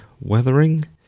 weathering